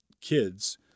kids